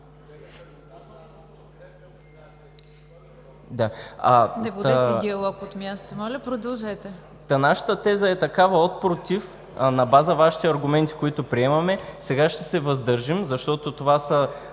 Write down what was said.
Не водете диалог от място! Моля, продължете. ЯВОР БОЖАНКОВ: Нашата теза е такава – от „против“ на база Вашите аргументи, които приемаме, сега ще се въздържим, защото това са